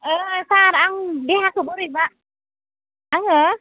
ओइ सार आं देहाखौ बोरैबा आङो